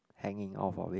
hanging off of it